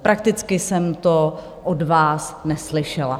Prakticky jsem to od vás neslyšela.